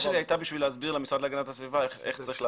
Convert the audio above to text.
שלי הייתה בשביל להסביר למשרד להגנת הסביבה איך צריך לעבוד,